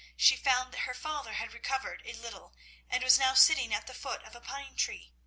she found that her father had recovered a little and was now sitting at the foot of a pine tree.